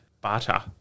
butter